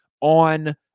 on